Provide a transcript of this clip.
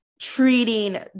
treating